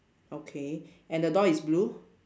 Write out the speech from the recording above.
okay and the door is blue